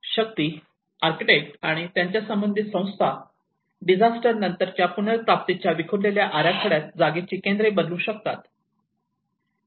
शक्ती architecture आणि त्यांच्या संबंधित संस्था डिझास्टर नंतरच्या पुनर्प्राप्तीच्या विखुरलेल्या आराखड्यात जागेची केंद्रे बदलू शकतात